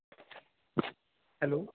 hello